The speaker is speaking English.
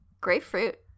Grapefruit